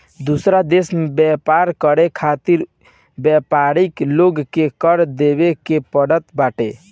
दूसरा देस में व्यापार करे खातिर व्यापरिन लोग के कर देवे के पड़त बाटे